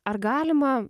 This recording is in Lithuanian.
ar galima